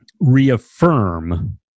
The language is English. reaffirm